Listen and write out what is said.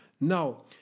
Now